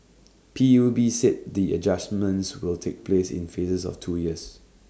P U B said the adjustments will take place in phases of two years